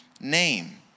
name